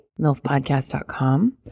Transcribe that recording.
milfpodcast.com